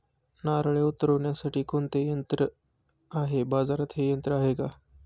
नारळे उतरविण्यासाठी कोणते यंत्र आहे? बाजारात हे यंत्र आहे का?